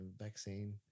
vaccine